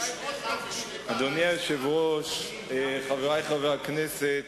אדוני היושב-ראש, חברי חברי הכנסת,